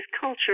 culture